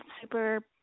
super